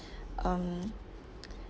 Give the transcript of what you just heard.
um